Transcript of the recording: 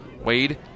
Wade